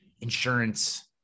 insurance